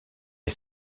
est